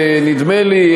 ונדמה לי,